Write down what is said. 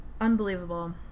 Unbelievable